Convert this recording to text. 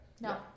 No